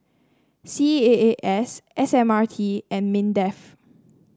C A A S S M R T and Mindef